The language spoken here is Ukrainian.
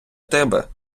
тебе